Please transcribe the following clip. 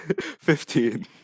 Fifteen